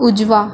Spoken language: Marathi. उजवा